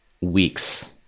weeks